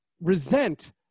resent